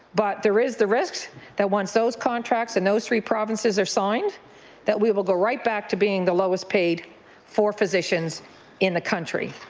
but there is the risk that once those contracts in those three provinces are signed that we will go right back to being the lowest paid for physicians in the country,